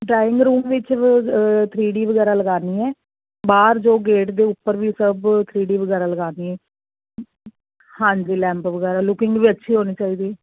drawing room ਵਿੱਚ three D ਵਗੈਰਾ ਲਗਾਉਣੀ ਹੈ ਬਾਹਰ ਜੋ ਗੇਟ ਦੇ ਉੱਪਰ ਵੀ ਸਭ ਥਰੀ ਡੀ ਵਗੈਰਾ ਲਗਾਉਣੀ ਹੈ ਹਾਂਜੀ ਲੈਂਪ ਵਗੈਰਾ ਲੁਕਿੰਗ ਵੀ ਅੱਛੀ ਹੋਣੀ ਚਾਹੀਦੀ